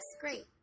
great